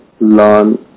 learn